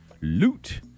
Loot